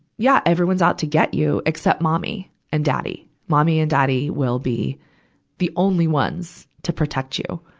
yeah, everyone's out to get you except mommy and daddy. mommy and daddy will be the only ones to protect you.